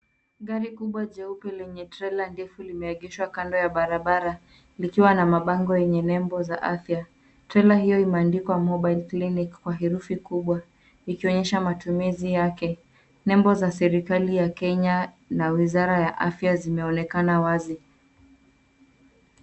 Gari kubwa jeupe lenye trela ndefu limeegeshwa kando ya barabara, likiwa na mabango yenye nembo za afya. Trela hiyo imeandika cs[mobile clinic]cs kwa herufi kubwa, likionyesha matumizi yake. Nembo za serikali ya Kenya na uwizara ya afya zimeonekana wazi.